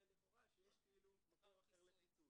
בסדר, אבל רשלנות רפואית זה מקום שיש בו רופא.